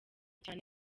cyane